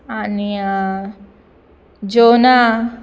आनी जोना